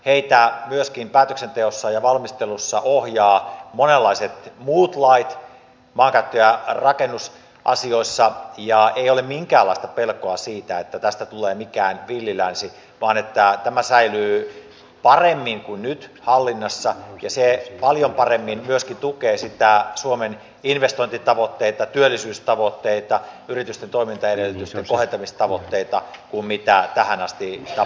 niitä myöskin päätöksenteossa ja valmistelussa ohjaavat monenlaiset muut lait maankäyttö ja rakennusasioissa ja ei ole minkäänlaista pelkoa siitä että tästä tulee mikään villi länsi vaan tämä säilyy paremmin kuin nyt hallinnassa ja se paljon paremmin myöskin tukee suomen investointitavoitteita työllisyystavoitteita yritysten toimintaedellytysten kohentamistavoitteita kuin tähän asti tapahtuu